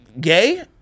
gay